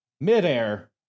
midair